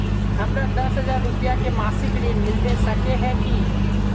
हमरा दस हजार रुपया के मासिक ऋण मिलबे सके है की?